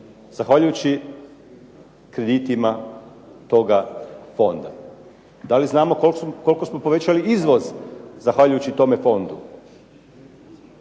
zahvaljujući kreditima toga fonda? Da li znamo koliko smo povećali izvoz zahvaljujući tome fondu,